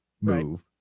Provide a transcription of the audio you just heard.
move